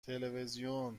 تلویزیون